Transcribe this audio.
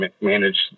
manage